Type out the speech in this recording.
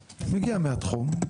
מהתחום.